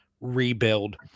rebuild